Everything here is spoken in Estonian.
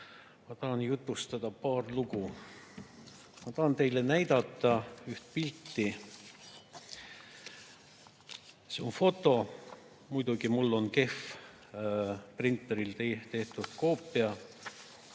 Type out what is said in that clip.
ma tahan jutustada paar lugu. Ma tahan teile näidata üht pilti. See on foto. Muidugi, mul on kehv, printeriga tehtud koopia.